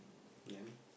then